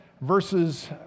verses